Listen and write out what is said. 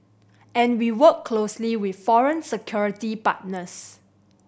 and we work closely with foreign security partners